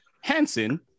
hansen